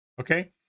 Okay